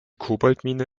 kobaltmine